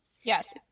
Yes